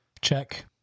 Check